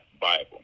Bible